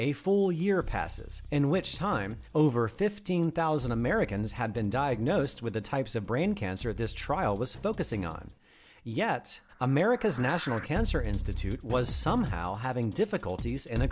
a full year passes in which time over fifteen thousand americans had been diagnosed with the types of brain cancer this trial was focusing on yet america's national cancer institute was somehow having difficulties